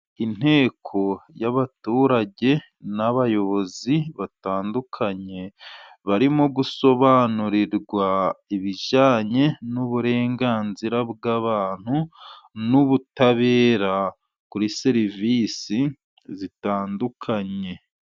Inteko y'abaturage n'abayobozi batandukanye， barimo gusobanurirwa ibijyanye n'uburenganzira bw'abantu， n'ubutabera kuri serivisi zitandukanye.